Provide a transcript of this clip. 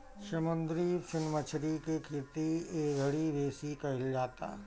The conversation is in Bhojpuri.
समुंदरी फिन मछरी के खेती एघड़ी बेसी कईल जाता